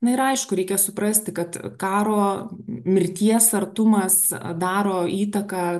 na ir aišku reikia suprasti kad karo mirties artumas daro įtaką